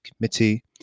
committee